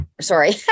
sorry